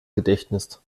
gedächtnis